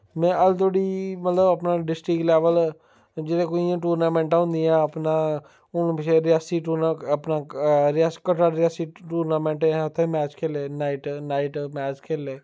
में हाल्ली धोड़ी मतलब अपना डिस्ट्रिक लैवल जि'यां कोई इ'यां टूरनामैंटां होंदियां अपनै हून पिच्छें रियासी कटरा रियासी टूरनामैंट हे अस उत्थै मैच खेढे नॉईट नॉईट मैच खेढे